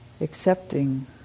accepting